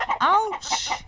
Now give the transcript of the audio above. Ouch